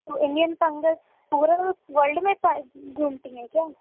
تو Indian fungus پورے world میں گھومتی ہیں کیا